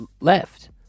left